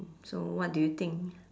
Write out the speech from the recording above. so what do you think